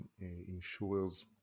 insurers